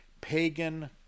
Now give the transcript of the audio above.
pagan